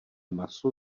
maso